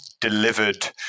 delivered